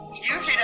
usually